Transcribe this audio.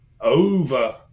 over